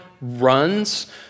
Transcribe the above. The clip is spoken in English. runs